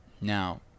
Now